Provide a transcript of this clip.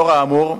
לאור האמור,